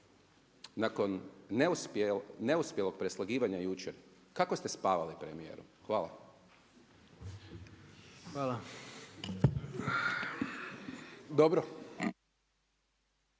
nakon neuspjelog preslagivanja jučer kako ste spavali premijeru? Hvala. **Jandroković,